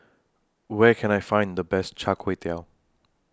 Where Can I Find The Best Char Kway Teow